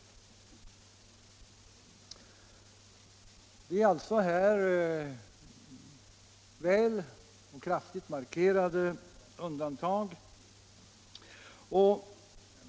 Det finns alltså markerade kriterier.